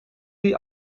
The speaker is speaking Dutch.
die